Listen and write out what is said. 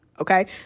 Okay